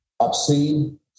obscene